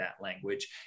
language